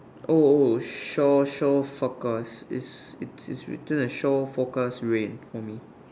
oh oh shore shore forecast it's it's it's written as shore forecast rain for me